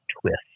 twist